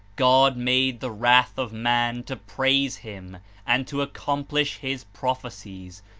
god made the wrath of man to praise him and to accomplish his prophecies,